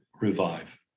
revive